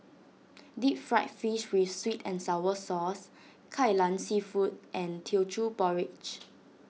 Deep Fried Fish with Sweet and Sour Sauce Kai Lan Seafood and Teochew Porridge